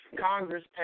Congress